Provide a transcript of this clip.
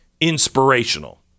inspirational